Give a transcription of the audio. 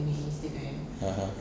(uh huh)